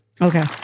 Okay